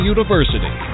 University